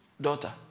daughter